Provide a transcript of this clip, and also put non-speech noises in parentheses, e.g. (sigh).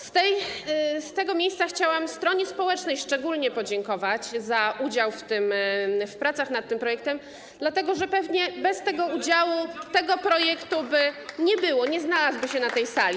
Z tego miejsca chciałam stronie społecznej szczególnie podziękować za udział w pracach nad tym projektem, dlatego że pewnie bez tego udziału tego projektu by nie było, (applause) nie znalazłby się na tej sali.